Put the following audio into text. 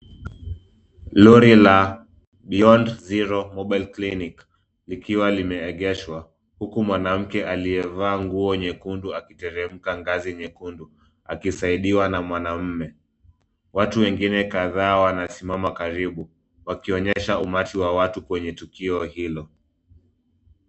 Lori la Beyond Zero Mobile Clinic likiwa limeegeshwa huku mwanamke aliyevaa nguo nyekundu akiteremka ngazi nyekundu, akisaidiwa na mwanaume. Watu wengine kadhaa wanasimama karibu, wakionyesha umati wa watu kwenye tukio hilo.